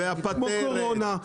כמו קורונה,